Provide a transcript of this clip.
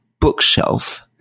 bookshelf